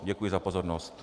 Děkuji za pozornost.